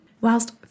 whilst